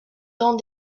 dans